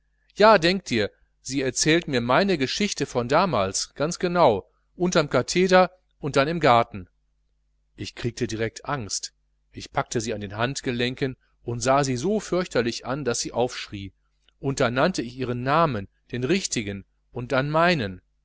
ja denke dir sie erzählt mir meine geschichte von damals ganz genau unterm katheder und dann im garten ich kriegte direkt angst ich packte sie an den handgelenken und sah sie so fürchterlich an daß sie aufschrie und da nannte ich ihren namen den richtigen und dann meinen